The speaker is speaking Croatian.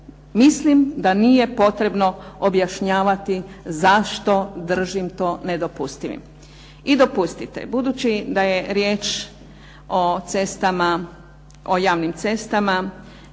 Mislim da nije potrebno objašnjavati zašto držim to nedopustivim. I dopustite, budući da je riječ o cestama, o javnim cestama,